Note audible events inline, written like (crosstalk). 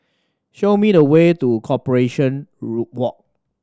show me the way to Corporation (unintelligible) Walk